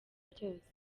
byose